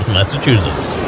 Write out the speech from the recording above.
Massachusetts